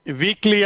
weekly